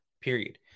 period